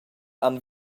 han